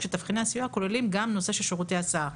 שתבחיני הסיוע כוללים גם את נושא שירותי ההסעה,